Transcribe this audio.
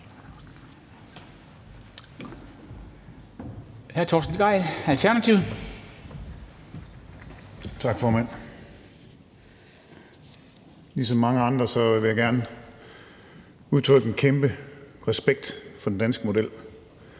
Torsten Gejl (ALT): Tak, formand. Ligesom mange andre vil jeg gerne udtrykke en kæmpe respekt for den danske model.